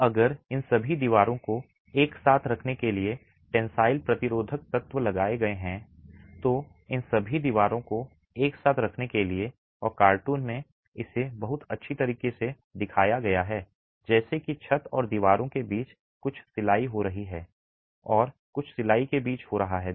अब अगर इन सभी दीवारों को एक साथ रखने के लिए टेन्साइल प्रतिरोधक तत्व लगाए गए थे तो इन सभी दीवारों को एक साथ रखने के लिए और कार्टून में इसे बहुत अच्छी तरह से दिखाया गया है जैसे कि छत और दीवारों के बीच कुछ सिलाई हो रही है और कुछ सिलाई के बीच हो रहा है